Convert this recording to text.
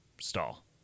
stall